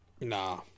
Nah